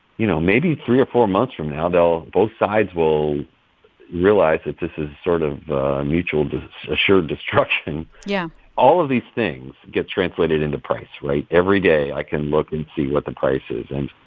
you know, maybe three or four months from now, they'll both sides will realize that this is sort of mutual assured destruction yeah all of these things get translated into price, right? every day, i can look and see what the price is. and